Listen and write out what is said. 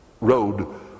road